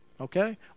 okay